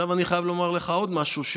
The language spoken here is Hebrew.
עכשיו אני חייב לומר לך עוד משהו,